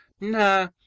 Nah